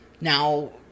Now